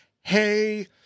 hey –